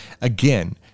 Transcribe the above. Again